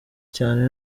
cyane